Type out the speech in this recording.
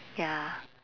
ya